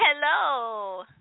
Hello